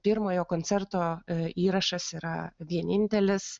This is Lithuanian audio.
pirmojo koncerto įrašas yra vienintelis